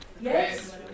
Yes